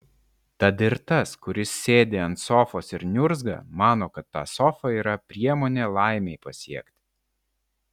tad ir tas kuris sėdi ant sofos ir niurzga mano kad ta sofa yra priemonė laimei pasiekti